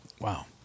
Wow